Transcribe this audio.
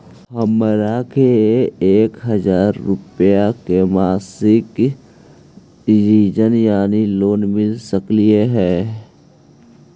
हमरा के एक हजार रुपया के मासिक ऋण यानी लोन मिल सकली हे?